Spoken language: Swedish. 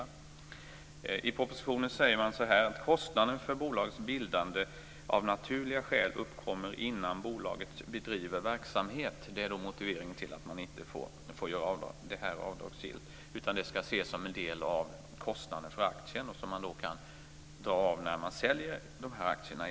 Man framhåller i propositionen som motivering för att man inte får göra avdrag "att kostnaderna för ett bolags bildande av naturliga skäl uppkommer innan bolaget bedriver verksamhet". Detta skall i stället ses som en del av kostnaderna för aktierna, som man kan dra av när man säljer aktierna.